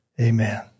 Amen